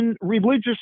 religious